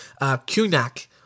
Kunak